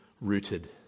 rooted